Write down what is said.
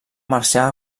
marxar